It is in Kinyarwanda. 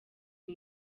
uyu